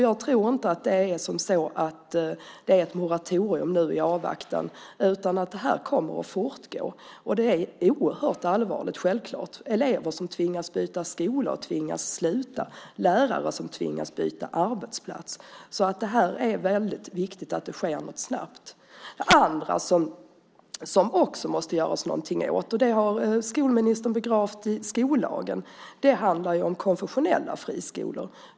Jag tror inte att det är ett moratorium nu i avvaktan, utan det här kommer att fortgå. Det är självklart oerhört allvarligt med elever som tvingas byta skola eller tvingas sluta och lärare som tvingas byta arbetsplats. Det är väldigt viktigt att det sker någonting snabbt. Det andra som det också måste göras någonting åt och som skolministern har begravt i skollagen handlar om konfessionella friskolor.